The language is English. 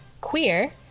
queer